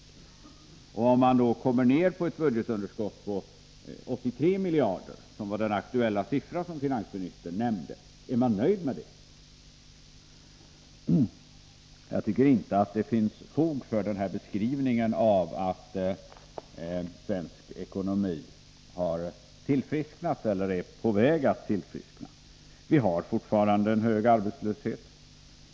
Om regeringen anser sig kunna komma ned till ett budgetunderskott på 83 miljarder kronor, som var den aktuella siffra som finansministern nämnde, vill jag fråga: Är man nöjd med detta? Jag tycker inte att det finns fog för den här beskrivningen av att svensk ekonomi har tillfrisknat eller är på väg att tillfriskna. Vi har fortfarande en hög arbetslöshet.